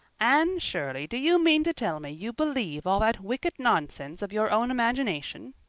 anne shirley, do you mean to tell me you believe all that wicked nonsense of your own imagination?